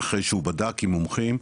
אחרי שהוא בדק עם מומחים,